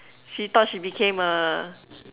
she thought she became a